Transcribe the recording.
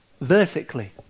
vertically